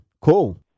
Cool